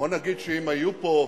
בוא נגיד שאם היו פה,